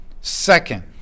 Second